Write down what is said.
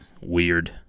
Weird